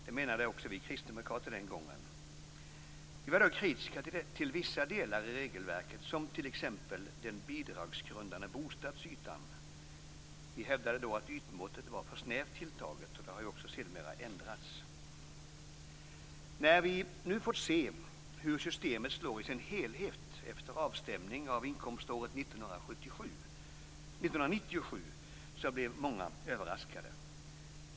Det menade också vi kristdemokrater den gången. Vi var dock kritiska till vissa delar i regelverket som t.ex. den bidragsgrundande bostadsytan. Vi hävdade då att ytmåttet var för snävt tilltaget, och det har ju också sedermera ändrats. När vi nu fick se hur systemet slår i sin helhet efter avstämning av inkomståret 1997 blev många överraskade.